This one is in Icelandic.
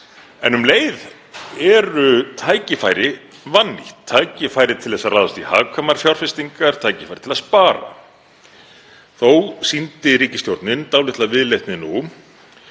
En um leið eru tækifæri vannýtt, tækifæri til að ráðast í hagkvæmar fjárfestingar, tækifæri til að spara. Þó sýndi ríkisstjórnin dálitla viðleitni nú